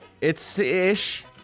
It's-ish